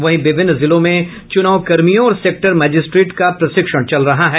वहीं विभिन्न जिलों में चूनाव कर्मियों और सेक्टर मजिस्ट्रेट का प्रशिक्षण चल रहा है